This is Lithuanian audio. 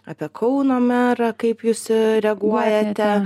apie kauno merą kaip jūs reaguojate